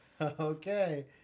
Okay